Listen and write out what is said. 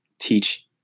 teach